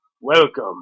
Welcome